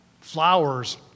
flowers